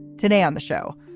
today on the show,